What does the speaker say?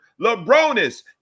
LeBronis